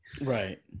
Right